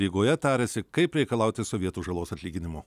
rygoje tariasi kaip reikalauti sovietų žalos atlyginimo